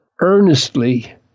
earnestly